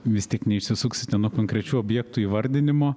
vis tik neišsisuksite nuo konkrečių objektų įvardinimo